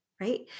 right